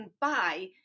buy